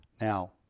Now